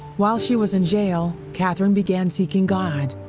while she was in jail, katherine began seeking god.